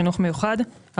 חינוך מיוחד,